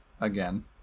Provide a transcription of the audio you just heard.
Again